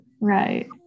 right